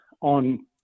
on